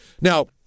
Now